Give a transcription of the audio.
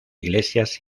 iglesias